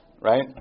right